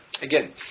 Again